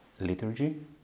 liturgy